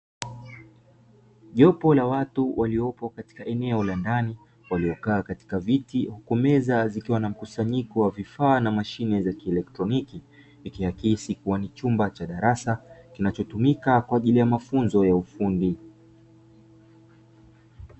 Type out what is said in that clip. Jopo la watu waliopo katika eneo la ndani, waliokaa katika viti huku meza zikiwa na mkusanyiko wa vifaa na mashine za kielektroniki, ikiakisi kuwa ni chumba cha darasa kinachotumika kwa ajili ya mafunzo ya ufundi.